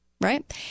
right